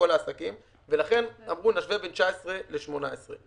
ולכן אמרו: נשווה בין 19' ל-18'.